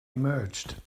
emerged